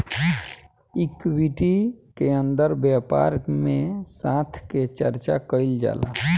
equity के अंदर व्यापार में साथ के चर्चा कईल जाला